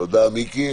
תודה, מיקי.